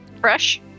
fresh